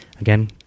Again